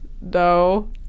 No